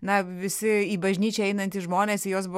na visi į bažnyčią einantys žmonės į juos buvo